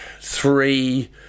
three